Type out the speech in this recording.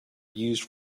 used